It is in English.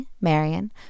Marion